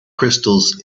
crystals